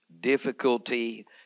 difficulty